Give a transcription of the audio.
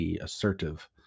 assertive